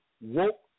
Woke